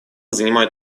занимает